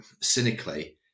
cynically